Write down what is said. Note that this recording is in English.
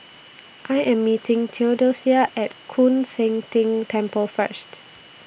I Am meeting Theodosia At Koon Seng Ting Temple First